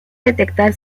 detectar